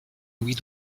louis